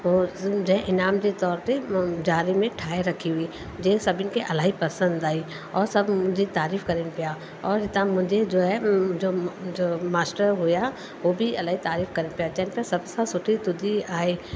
हो जंहिं इनाम जे तौरु ते मां जारे ते ठाहे रखी हुई जंहिं सभिनि खे इलाही पसंदि आयी और सभु मुंहिंजी तारीफ़ करण पिया और हितां मुंहिंजे जो हे जो जो मास्टर हुया हो बि इलाही तारीफ़ कन पिया चाहिन पिया सभु सां सुठी तुंहिंजी आहे